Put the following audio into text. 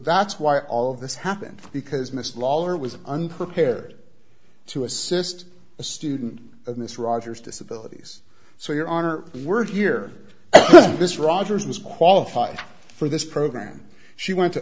that's why all of this happened because miss lawler was unprepared to assist a student in this rogers disability so your honor the word year this rogers was qualified for this program she went to